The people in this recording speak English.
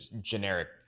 generic